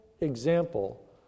example